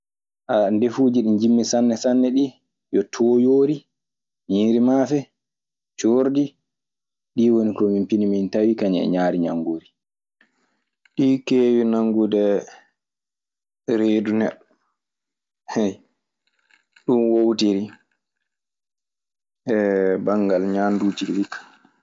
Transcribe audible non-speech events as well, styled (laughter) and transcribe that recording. Ndeffuuji ɗi njimmi sanne sanne ɗii yo tooyoori, ñiiri maafe, coordi. Ɗii woni ɗi min pini min tawi kañum e ñaari ñanngoori. Ɗii keewi nanngude reedu neɗɗo. (hesitation) Ɗun woowtiri (hesitation) banngal ñaanduuji ɗii ka.